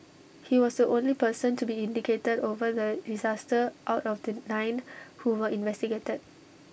he was the only person to be indicated over the disaster out of the nine who were investigated